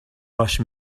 rush